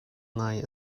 ngai